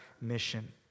mission